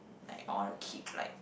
like I want to keep like